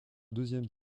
deuxième